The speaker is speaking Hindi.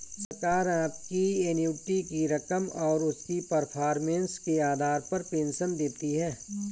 सरकार आपकी एन्युटी की रकम और उसकी परफॉर्मेंस के आधार पर पेंशन देती है